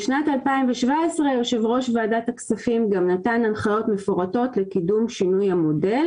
בשנת 2017 יו"ר הכספים נתן גם הנחיות מפורטות לקידום שינוי המודל